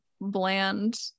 bland